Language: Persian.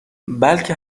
بلکه